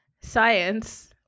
science